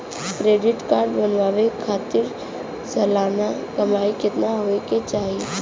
Credit card बनवावे खातिर सालाना कमाई कितना होए के चाही?